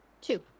Two